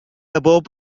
بوب